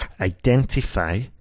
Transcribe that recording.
identify